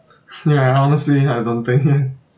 ya I honestly I don't think